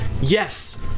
Yes